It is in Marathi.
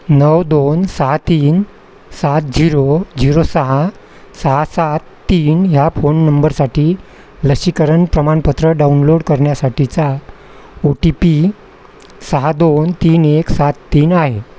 नऊ दोन सहा तीन सात झिरो झिरो सहा सहा सात तीन ह्या फोन नंबरसाठी लसीकरण प्रमाणपत्र डाउनलोड करण्यासाठीचा ओ टी पी सहा दोन तीन एक सात तीन आहे